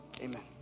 Amen